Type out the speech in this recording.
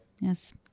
Yes